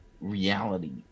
reality